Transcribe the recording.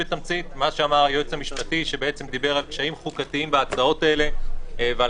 היועץ המשפטי דיבר על קשיים חוקתיים בהצעות האלה ועל